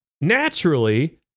naturally